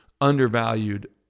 undervalued